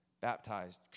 Baptized